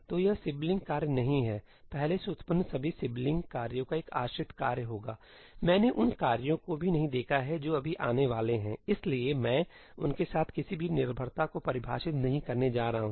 तो यह सिबलिंग कार्य नहीं है पहले से उत्पन्न सभी सिबलिंग कार्यों का एक आश्रित कार्य होगामैंने उन कार्यों को भी नहीं देखा है जो अभी आने वाले हैं इसलिए मैं उनके साथ किसी भी निर्भरता को परिभाषित नहीं करने जा रहा हूं